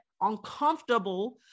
uncomfortable